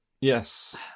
Yes